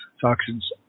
toxins